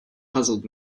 puzzled